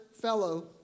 fellow